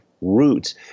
roots